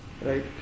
right